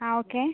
അ okay